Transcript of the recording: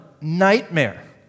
nightmare